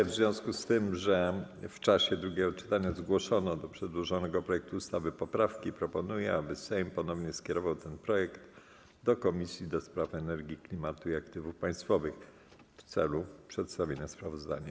W związku z tym, że w czasie drugiego czytania zgłoszono do przedłożonego projektu ustawy poprawki, proponuję, aby Sejm ponownie skierował ten projekt do Komisji do Spraw Energii, Klimatu i Aktywów Państwowych w celu przedstawienia sprawozdania.